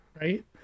Right